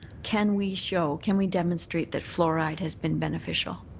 can we show can we demonstrate that fluoride has been beneficial?